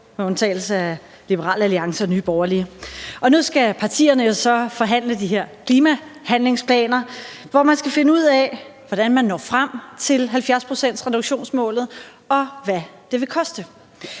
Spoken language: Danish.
med undtagelse af Liberal Alliance og Nye Borgerlige, og nu skal partierne jo så forhandle de her klimahandlingsplaner, hvor man skal finde ud af, hvordan man når frem til 70-procentsreduktionsmålet, og hvad det vil koste.